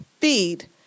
feed